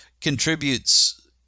contributes